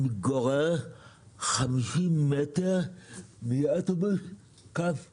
אני מתגורר 50 מטר מאוטובוס קו 400,